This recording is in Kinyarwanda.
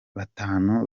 batanu